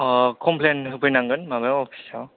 complain होफैनांगोन माबा अफिसाव